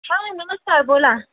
हां नमस्कार बोला